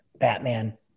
Batman